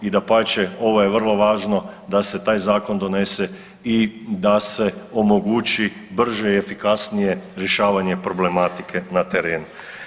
I dapače ovo je vrlo važno da se taj zakon donese i da se omogući brže i efikasnije rješavanje problematike na terenu.